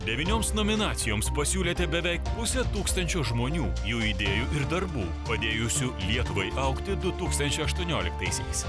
devynioms nominacijoms pasiūlėte beveik pusę tūkstančio žmonių jų idėjų ir darbų padėjusių lietuvai augti du tūkstančiai aštuonioliktaisiais